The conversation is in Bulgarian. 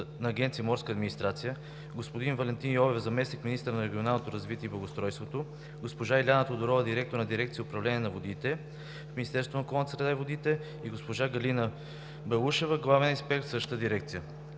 агенция „Морска администрация”, господин Валентин Йовев – заместник-министър на регионалното развитие и благоустройството, госпожа Илияна Тодорова – директор на дирекция „Управление на водите” в Министерството на околната среда и водите, и госпожа Галина Балушева – главен експерт в същата дирекция.